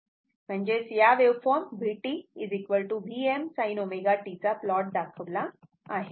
म्हणजेच इथे या waveform vt Vm sin ω t चा प्लॉट दाखवला आहे